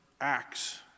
acts